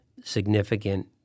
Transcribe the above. significant